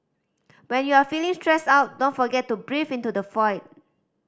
when you are feeling stressed out don't forget to breathe into the